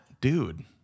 Dude